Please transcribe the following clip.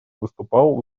выступал